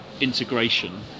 integration